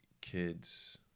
kids